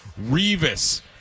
Revis